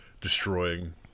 destroying